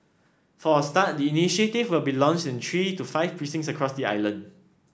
for a start the initiative will be launched in three to five precincts across the island